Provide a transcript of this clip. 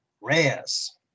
Reyes